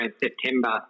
September